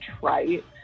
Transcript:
trite